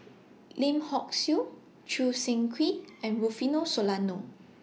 Lim Hock Siew Choo Seng Quee and Rufino Soliano